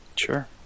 Sure